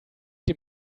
dem